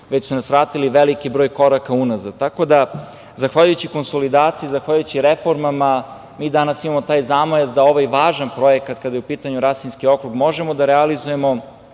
već su nas vratili veliki broj koraka unazad. Zahvaljujući konsolidaciji, zahvaljujući reformama, mi danas imamo taj zamajac da ovaj važan projekat, kada je u pitanju Rasinski okrug, možemo da realizujemo,